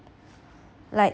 like